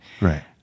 Right